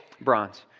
Bronze